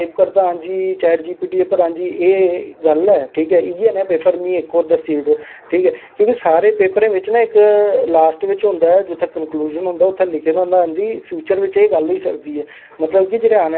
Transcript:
पर अज्ज बी लोकें गी बजारें जेहडे़ बाहर प्हाडे़ं च लोक ना अज्ज धोड़ी उनेंगी सिर्फ में आक्खना चाहन्नी कि जेहके लोक स्हाडे़ पहाडे़ं च बिच हैन उनेंगी सिर्फ बोट पाने दा हक ऐ स्हूलतां साढ़ियां नेईं पुजदियां नेई हैन